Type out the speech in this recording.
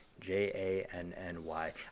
J-A-N-N-Y